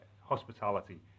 hospitality